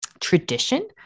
tradition